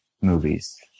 movies